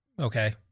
Okay